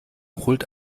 holt